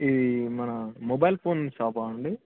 ఈ మన mobile phone షాపా అండి